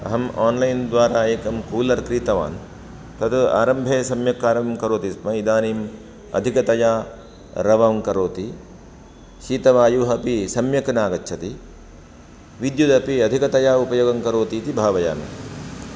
अहम् आन्लैन् द्वारा एकं कूलर् क्रीतवान् तद् आरम्भे सम्यक् कार्यं करोति स्म इदानीम् अधिकतया रवं करोति शीतवायुः अपि सम्यक् न आगच्छति विद्युत् अपि अधिकतया उपयोगं करोति इति भावयामि